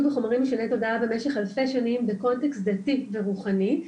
בחומרים במשך אלפי שנים בקונטקסט דתי ורוחני,